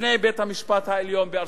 בפני בית-המשפט העליון בארצות-הברית.